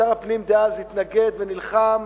שר הפנים דאז התנגד ונלחם